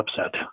upset